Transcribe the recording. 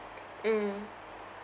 mm